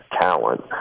talent